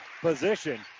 position